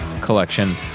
collection